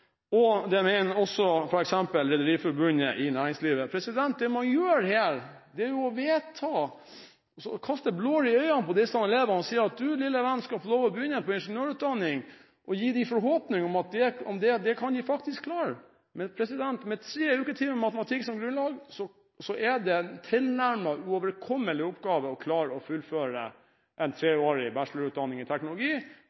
og det mener også f.eks. Rederiforbundet i næringslivet. Det man gjør her, er å kaste blår i øynene på disse elevene og si at «du, lille venn, skal få lov til å begynne på ingeniørutdanning» og gi dem forhåpninger om at de faktisk kan klare det. Men med 3 uketimer i matematikk som grunnlag er det en tilnærmet uoverkommelig oppgave å klare å fullføre en